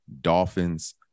Dolphins